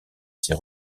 ses